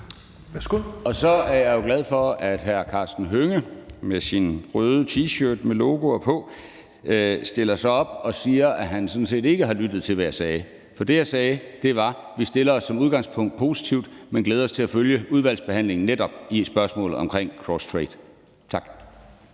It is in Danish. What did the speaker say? Så er jeg jo glad for, at hr. Karsten Hønge i sin røde T-shirt med logoer på stiller sig op og siger, at han sådan set ikke har lyttet til, hvad jeg sagde. For det, jeg sagde, var, at vi som udgangspunkt stiller os positivt, men glæder os til at følge udvalgsbehandlingen netop i spørgsmålet omkring cross trade. Tak.